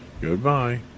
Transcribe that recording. Goodbye